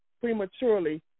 prematurely